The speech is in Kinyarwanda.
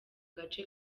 gace